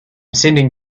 sending